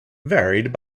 varied